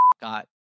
got